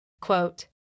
Quote